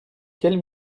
quel